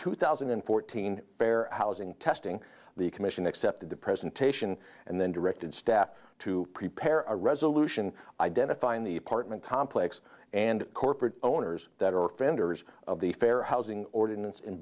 two thousand and fourteen fair housing testing the commission accepted the presentation and then directed staff to prepare a resolution identifying the apartment complex and corporate owners that are offenders of the fair housing ordinance in